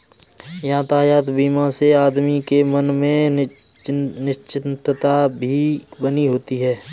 यातायात बीमा से आदमी के मन में निश्चिंतता भी बनी होती है